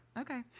Okay